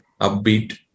upbeat